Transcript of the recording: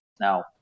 Now